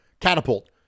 catapult